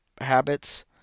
habits